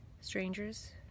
strangers